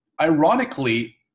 Ironically